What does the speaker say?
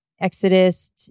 Exodus